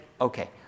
okay